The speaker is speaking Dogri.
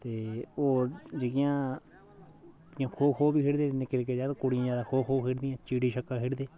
ते होर जेह्कियां जियां खोह् खोह् बी खेढदे निक्के निक्के जागत कुड़ियां ज्यादा खोह् खोह् खेढ दियां चिड़ी छिक्का खेढदे